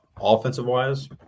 offensive-wise